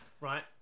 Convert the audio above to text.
Right